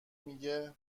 میگه